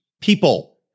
people